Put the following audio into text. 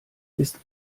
ist